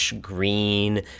green